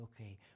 okay